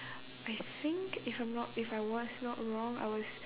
I think if I'm not if I was not wrong I was